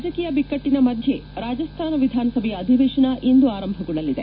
ರಾಜಕೀಯ ಬಿಕ್ಕಟ್ಟಿನ ಮಧ್ಯೆ ರಾಜಸ್ತಾನ ವಿಧಾನಸಭೆಯ ಅಧಿವೇಶನ ಇಂದು ಆರಂಭಗೊಳ್ಳಲಿದೆ